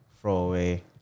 throwaway